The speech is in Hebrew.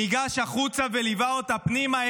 ניגש החוצה וליווה אותה פנימה.